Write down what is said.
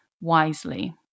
wisely